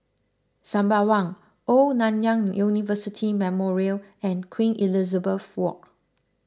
Sembawang Old Nanyang University Memorial and Queen Elizabeth Walk